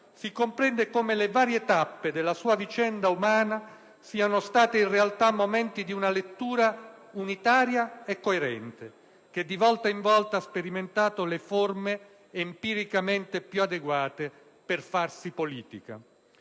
si comprende come le varie tappe della sua vicenda umana siano state, in realtà, momenti di una lettura unitaria e coerente, che di volta in volta ha sperimentato le forme empiricamente più adeguate per farsi politica.